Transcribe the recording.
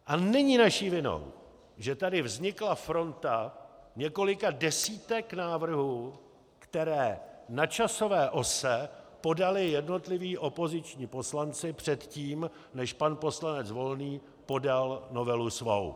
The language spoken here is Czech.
A není naší vinou, že tady vznikla fronta několika desítek návrhů, které na časové ose podali jednotliví opoziční poslanci předtím, než pan poslanec Volný podal novelu svou.